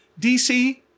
DC